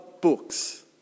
books